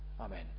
Amen